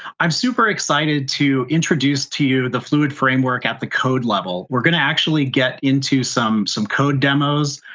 i'm super excited to introduce to you the fluid framework at the code level. we're going to actually get into some some code demos.